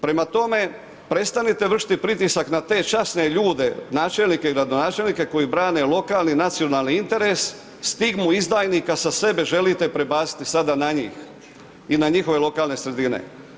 Prema tome, prestanite vršiti pritisak na te časne ljude, načelnike i gradonačelnike, koji brane lokalni i nacionalni interes, stigmu izdajnika sa sebe želite prebaciti sada na njih i na njihove lokalne sredine.